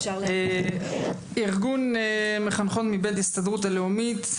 ארגון מחנכות מבית ההסתדרות הלאומית.